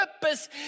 purpose